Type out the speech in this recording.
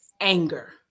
anger